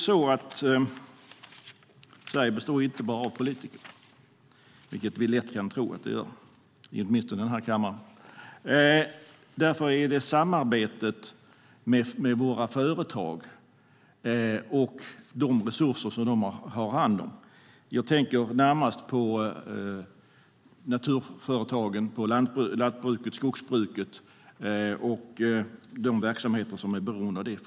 Sverige består inte bara av politiker, vilket inte minst vi i den här kammaren lätt kan tro att det gör. Därför handlar det om samarbetet med våra företag och de resurser de har hand om. Jag tänker närmast på naturföretagen - lantbruket och skogsbruket - och de verksamheter som är beroende av dem.